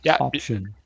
option